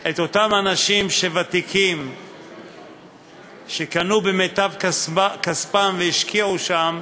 את אותם אנשים ותיקים שקנו במיטב כספם והשקיעו שם,